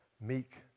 meek